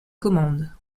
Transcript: commande